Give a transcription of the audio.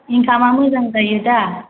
इंखामा मोजां जायो दा